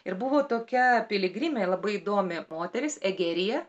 ir buvo tokia piligrimė labai įdomi moteris egerija